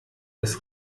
des